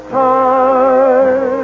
time